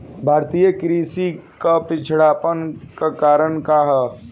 भारतीय कृषि क पिछड़ापन क कारण का ह?